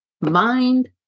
Mind